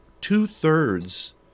two-thirds